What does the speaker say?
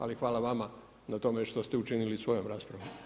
Ali hvala vama na tome što ste učinili svojom raspravom.